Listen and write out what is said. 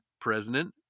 President